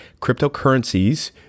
Cryptocurrencies